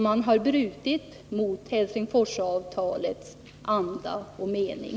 Man har brutit mot Helsingforsavtalets anda och mening.